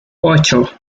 ocho